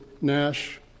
Nash